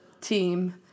team